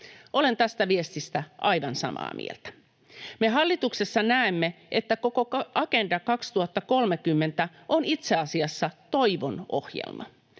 Olen tästä viestistä aivan samaa mieltä. Me hallituksessa näemme, että koko Agenda 2030 on itse asiassa toivon ohjelma.